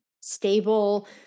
stable